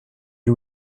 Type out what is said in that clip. you